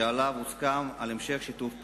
שעליו הוסכם על המשך שיתוף פעולה.